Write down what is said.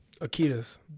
Akitas